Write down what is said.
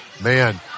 Man